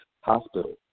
hospital